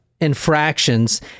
infractions